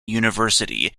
university